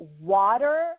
water